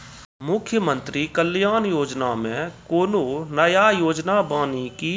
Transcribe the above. मुख्यमंत्री कल्याण योजना मे कोनो नया योजना बानी की?